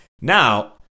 Now